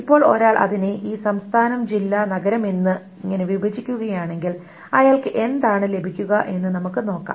ഇപ്പോൾ ഒരാൾ അതിനെ ഈ സംസ്ഥാനം ജില്ല നഗരം എന്നിങ്ങനെ വിഭജിക്കുകയാണെങ്കിൽ അയാൾക്ക് എന്താണ് ലഭിക്കുക എന്ന് നമുക്ക് നോക്കാം